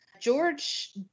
George